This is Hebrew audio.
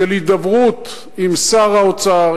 של הידברות עם שר האוצר,